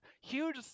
huge